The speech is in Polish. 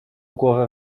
głowę